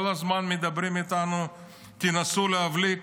כל הזמן מדברים איתנו: תנסו להבליג,